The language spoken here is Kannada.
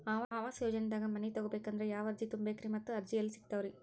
ಆವಾಸ ಯೋಜನೆದಾಗ ಮನಿ ತೊಗೋಬೇಕಂದ್ರ ಯಾವ ಅರ್ಜಿ ತುಂಬೇಕ್ರಿ ಮತ್ತ ಅರ್ಜಿ ಎಲ್ಲಿ ಸಿಗತಾವ್ರಿ?